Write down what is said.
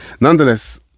Nonetheless